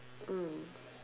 mm